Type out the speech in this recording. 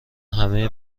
همه